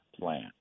plan